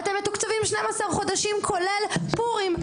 אתם מתוקצבים 12 חודשים כולל פורים,